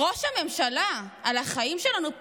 ראש הממשלה, לחיים שלנו פה,